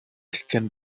can